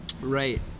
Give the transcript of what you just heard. Right